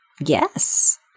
Yes